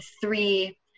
three